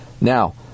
Now